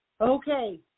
okay